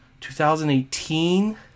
2018